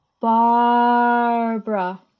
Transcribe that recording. Barbara